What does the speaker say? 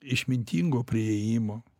išmintingo priėjimo